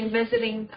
visiting